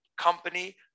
company